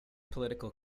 political